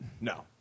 No